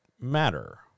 matter